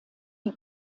die